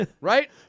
Right